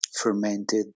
fermented